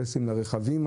למשל טסטים שנתיים לרכבים,